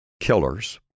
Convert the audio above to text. killers